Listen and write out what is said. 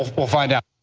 we'll find out.